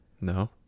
no